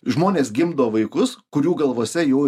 žmonės gimdo vaikus kurių galvose jau